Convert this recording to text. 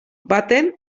baten